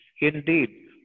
Indeed